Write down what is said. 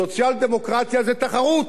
סוציאל-דמוקרטיה זה תחרות,